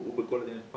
בחייך.